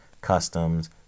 customs